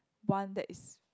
one that is